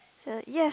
uh yes